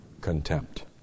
Contempt